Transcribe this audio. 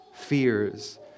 fears